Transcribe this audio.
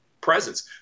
presence